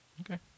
Okay